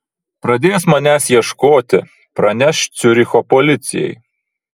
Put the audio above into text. pradės manęs ieškoti praneš ciuricho policijai